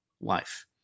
life